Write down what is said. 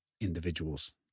individuals